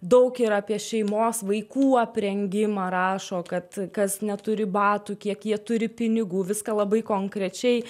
daug ir apie šeimos vaikų aprengimą rašo kad kas neturi batų kiek jie turi pinigų viską labai konkrečiai